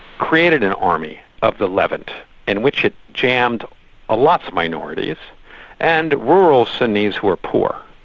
created an army of the levant in which it jammed ah lots of minorities and rural sunnis who were poor,